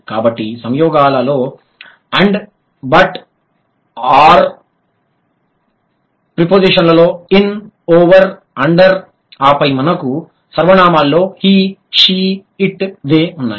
కాబట్టి సంయోగాలలో and but or ప్రిపోజిషన్లలో ఇన్ ఓవర్ అండర్ ఆపై మనకు సర్వనామాలలో హి షీ ఇట్ దే ఉన్నాయి